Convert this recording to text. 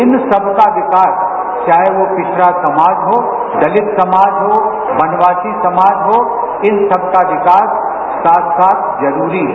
इन सबका विकास चाहे वो पिछड़ा समाज हो दलित समाज हो वनवासी समाज हो इन सबका विकास साथ साथ जरूरी है